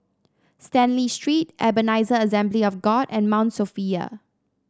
Stanley Street Ebenezer Assembly of God and Mount Sophia